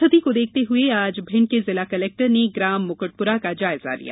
स्थिति को देखते हुए आज भिण्ड के जिला कलेक्टर ने ग्राम मुकुटपुरा का जायजा लिया